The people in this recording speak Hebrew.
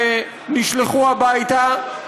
שנשלחו הביתה.